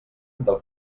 del